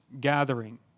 gathering